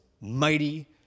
mighty